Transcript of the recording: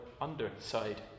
underside